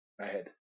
ahead